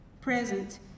present